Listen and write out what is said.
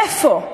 איפה?